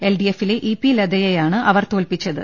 L D എഫിലെ E P ലതയെയാണ് അവർ തോൽപ്പിച്ചത്